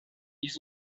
ils